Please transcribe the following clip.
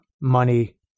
money